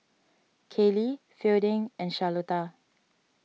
Kayley Fielding and Charlotta